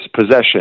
possession